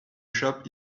shop